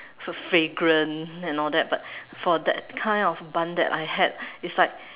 so fragrant and all that but for that kind of abundant I had it's like